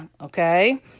okay